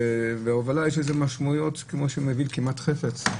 ויש לזה משמעויות כמעט כפי שמביאים חפץ,